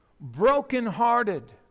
brokenhearted